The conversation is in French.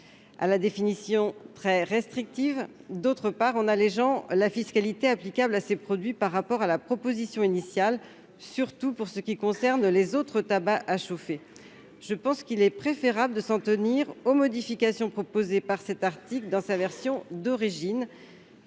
à la définition très restrictive, d'autre part, en allégeant la fiscalité applicable à ces produits par rapport à la proposition initiale, surtout pour ce qui concerne les « autres tabacs à chauffer ». Il est donc préférable de s'en tenir aux modifications proposées par cet article dans sa version d'origine.